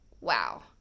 wow